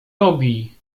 robi